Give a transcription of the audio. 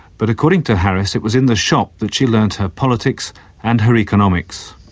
but according to harris it was in the shop that she learnt her politics and her economics.